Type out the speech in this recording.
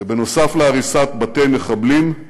שנוסף על הריסת בתי מחבלים,